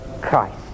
Christ